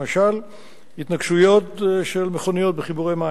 למשל התנגשות של מכונית בחיבורי מים.